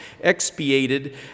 expiated